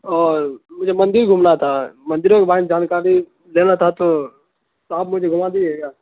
اور مجھے مندر گھومنا تھا مندروں کے بارے جانکاری لینا تھا تو تو آپ مجھے گھما دیجیے گا